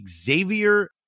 Xavier